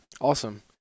Awesome